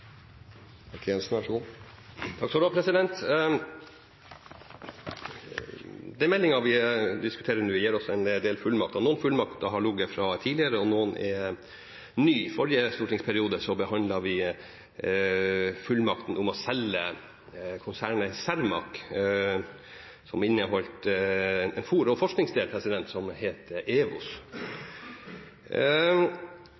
Den meldingen vi diskuterer nå, gir oss en del fullmakter. Noen fullmakter har ligget fra tidligere, og noen er nye. I forrige stortingsperiode behandlet vi fullmakten om å selge konsernet Cermaq, som inneholdt en fôr- og forskningsdel som